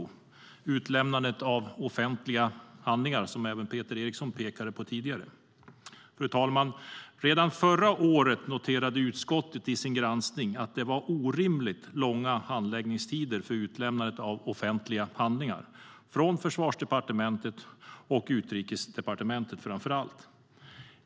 Det gäller utlämnandet av offentliga handlingar, vilket även Peter Eriksson pekade på tidigare. Fru talman! Redan förra året noterade utskottet i sin granskning att det var orimligt långa handläggningstider för utlämnandet av offentliga handlingar från framför allt Försvarsdepartementet och Utrikesdepartementet.